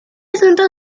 asunto